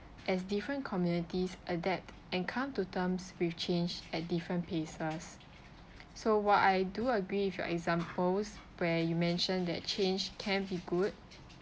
as different communities adapt and come to terms with change at different paces so while I do agree with your examples where you mention that change can be good